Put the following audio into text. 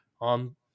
on